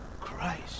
Christ